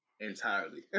Entirely